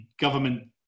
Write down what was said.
government